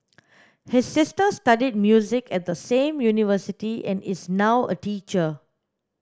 his sister studied music at the same university and is now a teacher